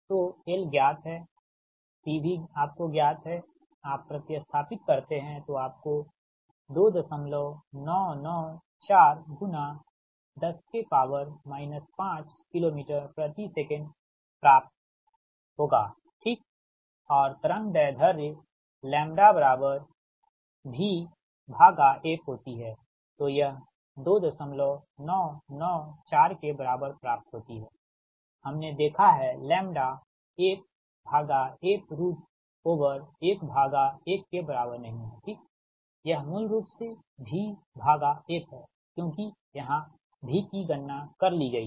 तो L ज्ञात हैC भी आपको ज्ञात हैआप प्रतिस्थापन करते हैंतो आपको 2994 गुणा 10 5 किलो मीटर प्रति सेकंड प्राप्त होगा ठीक और तरंग दैर्ध्य vf होती है तो यह 2994 के बराबर प्राप्त होती है हमने देखा है लैम्ब्डा 1 भागा f रूट ओवर 1 भागा 1 के बराबर नही है ठीकयह मूल रूप से v भागा f है क्योंकि यहाँ v की गणना कर ली गयी है